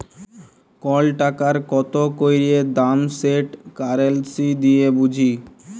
call টাকার কত ক্যইরে দাম সেট কারেলসি দিঁয়ে বুঝি